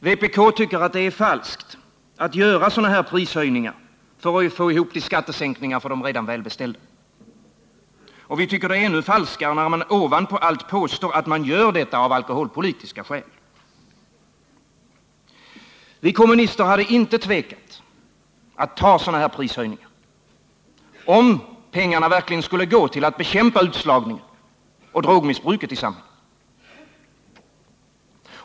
Vpk tycker att det är falskt att göra sådana här prishöjningar för att få ihop till skattesänkningar för de redan välbeställda, och vi tycker att det är ännu falskare, när man till råga på allt påstår att man gör detta av alkoholpolitiska skäl. Vi kommunister hade inte tvekat att ta sådana prishöjningar, om pengarna verkligen skulle gå till att bekämpa utslagningen och drogmissbruket i samhället.